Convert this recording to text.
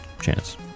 chance